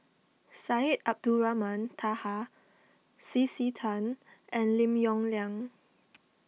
Syed Abdulrahman Taha C C Tan and Lim Yong Liang